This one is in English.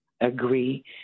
agree